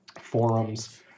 forums